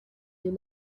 you